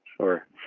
Sure